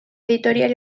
editorial